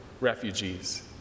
refugees